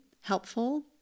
helpful